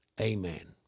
Amen